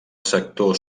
sector